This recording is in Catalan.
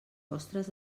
vostres